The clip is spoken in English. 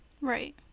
Right